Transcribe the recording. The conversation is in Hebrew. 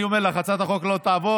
אני אומר לך, הצעת החוק לא תעבור.